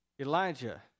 Elijah